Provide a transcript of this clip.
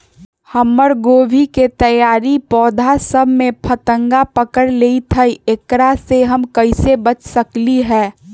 हमर गोभी के तैयार पौधा सब में फतंगा पकड़ लेई थई एकरा से हम कईसे बच सकली है?